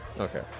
Okay